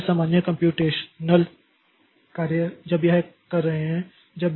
इसलिए सामान्य कम्प्यूटेशनल कार्य जब यह कर रही हैं